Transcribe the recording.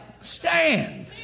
stand